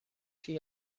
she